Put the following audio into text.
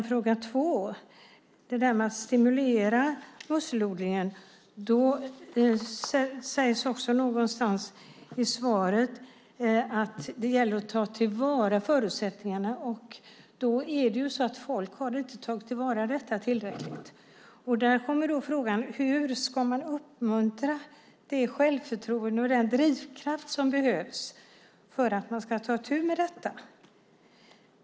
När det gäller att stimulera musselodling sägs i svaret att det gäller att ta till vara förutsättningarna. Folk har inte tagit till vara detta tillräckligt. Då kommer frågan: Hur ska man uppmuntra det självförtroende och den drivkraft som behövs för att människor ska ta itu med detta?